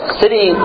city